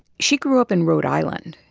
she grew up in rhode island,